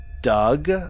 Doug